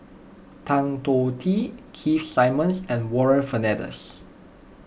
Tan Choh Tee Keith Simmons and Warren Fernandez